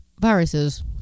viruses